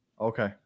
okay